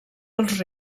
als